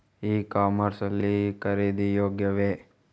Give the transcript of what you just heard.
E commerce ಲ್ಲಿ ಖರೀದಿ ಯೋಗ್ಯವೇ?